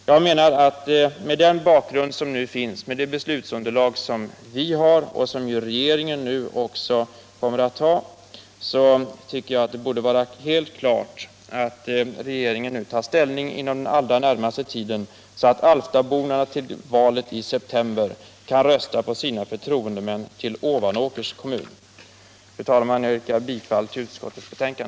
Jag menar att med den bakgrund som nu finns, med det beslutsunderlag som vi har och som ju regeringen nu också kommer att ha, borde det vara helt klart att regeringen tar ställning inom den allra närmaste tiden så att alftaborna vid valet i september kan rösta på sina förtroendemän i Ovanåkers kommun. Fru talman! Jag yrkar bifall till utskottets hemställan.